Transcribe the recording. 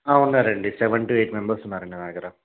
ఉన్నారండి seven two eight members ఉన్నారండి నా దగ్గర